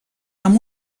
amb